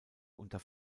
unter